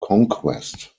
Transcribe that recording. conquest